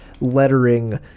lettering